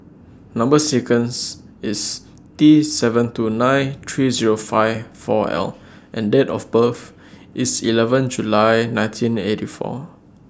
Number sequence IS T seven two nine three Zero five four L and Date of birth IS eleven July nineteen eighty four